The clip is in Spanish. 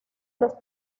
los